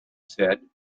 said